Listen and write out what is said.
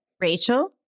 Rachel